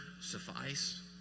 suffice